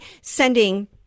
sending